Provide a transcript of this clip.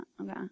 okay